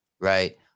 Right